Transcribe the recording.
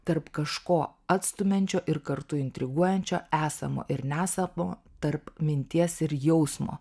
tarp kažko atstumiančio ir kartu intriguojančio esamo ir nesabo tarp minties ir jausmo